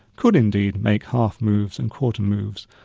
could indeed make half moves and quarter moves,